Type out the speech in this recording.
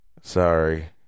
Sorry